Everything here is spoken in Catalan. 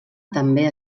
també